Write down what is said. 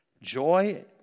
joy